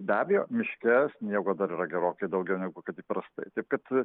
be abejo miške sniego dar yra gerokai daugiau negu kad įprastai taip kad